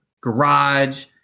garage